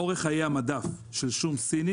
אורך חיי המדף של שום סיני